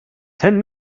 ten